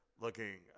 Looking